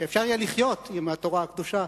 שאפשר יהיה לחיות עם התורה הקדושה,